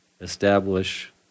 establish